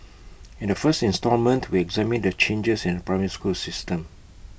in the first instalment we examine the changes in the primary school system